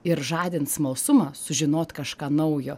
ir žadint smalsumą sužinot kažką naujo